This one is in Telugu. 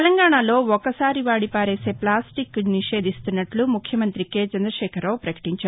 తెలంగాణాలో ఒకసారి వాడిపారేసే ప్లాస్టిక్ను నిషేధిస్తున్నట్లు ముఖ్యమంతి కే చంద్రశేఖరరావు ప్రకటించారు